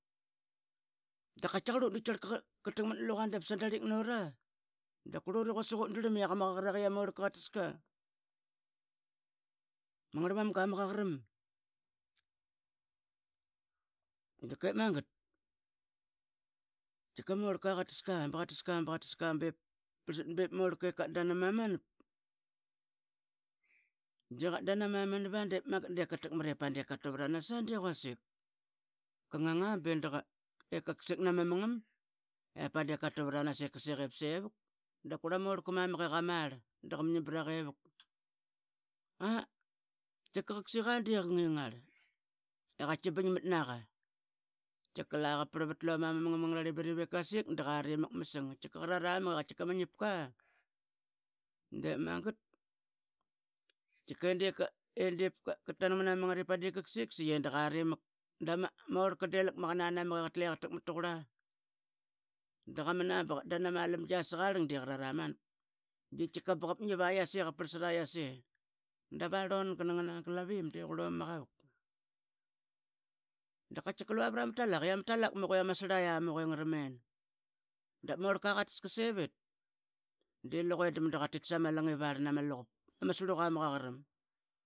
Daqaitkaqarlut deqatak matluqa dap sadarlik nora dap qaitki quasik utdrlam yia qma qaqaraqie iaqma orlka qataska mangarmamga maqaqaram tkiqep magat tkiqa ama orlka qatasqa. bqatasqa. bqatasqa, bep parlsat da ma orlka qa tdan ama manap. iqa tdan ama manap diip qa takmat ip pati qa tu vranasa de quasik. Qa nganga be da qa. qaksik nama mungum ip padi qatu vranas i qaksik ip sevuk da orlka mak i qa marl da qa mngim vraqa i vuk, ah qaitkika de qa ngingarl. I qa tki bingmat na qa, qaitkika la qa prlvat luma ma mungam angrarlim qaitkika qarat a mak i ama ngipka, de magat da qaitkika i diip qa tanang mnama mungara ip vadiip qaksik da saiqi qarimak. Da ma orlka de lak maqa manamak i qatle qa takmat taqurla da qa mna ba qatdan ama lamgia sakarling da qarat amak i qaitkika ma ngipka qaitkika qap ngip a yiase. Dava rlunga na glaviam. de qrluma ama qavuk da qaitkika lua vrama talak i ama talak muk i ama srlai ya muk i ngra menama orlka qa tas ka sevit. de luqa da madu qatit sama langi vrlan luga ma srluqa ma Qaqaraim.